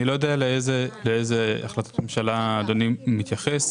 אני לא יודע לאיזו החלטת ממשלה אדוני מתייחס.